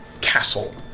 castle